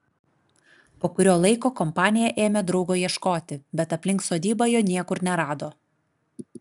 po kurio laiko kompanija ėmė draugo ieškoti bet aplink sodybą jo niekur nerado